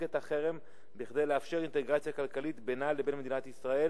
את החרם כדי לאפשר אינטגרציה כלכלית בינה לבין מדינת ישראל